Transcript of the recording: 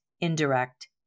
indirect